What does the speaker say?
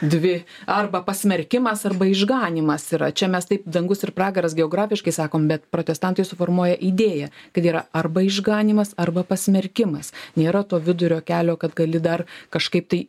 dvi arba pasmerkimas arba išganymas yra čia mes taip dangus ir pragaras geografiškai sakom bet protestantai suformuoja idėją kad yra arba išganymas arba pasmerkimas nėra to vidurio kelio kad gali dar kažkaip tai